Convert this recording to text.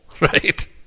Right